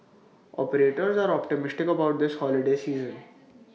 operators are optimistic about this holiday season